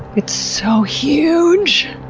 it's so huge.